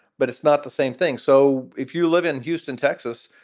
but it's not the same thing. so if you live in houston, texas,